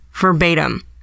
verbatim